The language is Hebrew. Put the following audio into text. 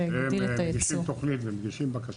הם מגישים תוכנית ומגישים בקשה.